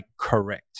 correct